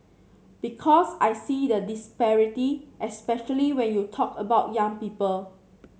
because I see the disparity especially when you talk about young people